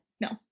No